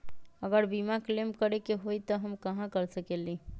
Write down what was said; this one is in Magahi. अगर बीमा क्लेम करे के होई त हम कहा कर सकेली?